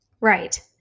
Right